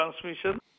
transmission